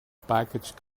package